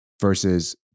versus